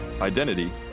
identity